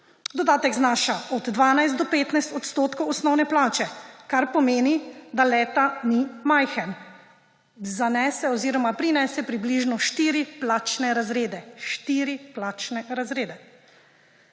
Dodatek znaša od 12 do 15 odstotkov osnovne plače, kar pomeni, da le-ta ni majhen, znese oziroma prinese približno štiri plačne razrede.